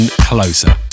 closer